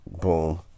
boom